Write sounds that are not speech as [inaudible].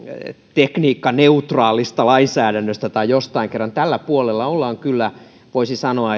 tekniikkaneutraalista lainsäädännöstä tai jostain kerran tällä puolella ollaan kyllä voisi sanoa [unintelligible]